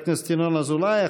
חבר הכנסת ינון אזולאי.